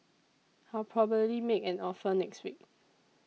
I'll probably make an offer next week